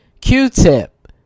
Q-Tip